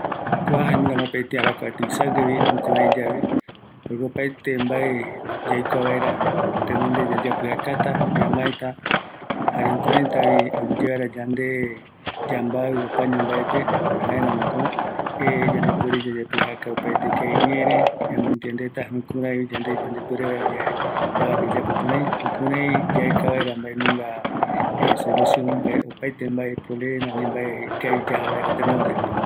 ﻿Kua jaenunga mopeti arakua tuisaguevi, jukuraiyave jaeko opaete mbae yaikua vaera tenonde yayapijakata, ñamaeta jare jukuraitavi, aguiyeara yande yambavi, opaño mbaepe, jaeramoko yandepuere yayapijaka, opaete kia iñere, ñamoentiendeta, jukurai yande yandepuere vaera yae kua yayapo kurai, yaeka vaera mbaenunga solucion, mbae opaete mbae problemata, ani mbae problema ikavi yaja vaera tenonde